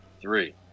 three